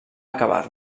acabar